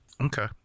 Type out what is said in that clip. Okay